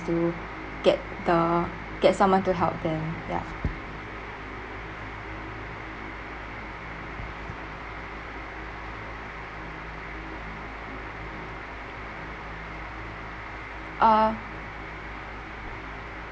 to get the get someone to help them ya uh